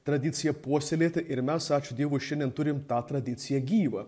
tradiciją puoselėti ir mes ačiū dievui šiandien turim tą tradiciją gyvą